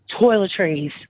toiletries